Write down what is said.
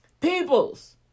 Peoples